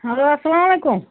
hello اسلام علیکُم